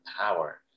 power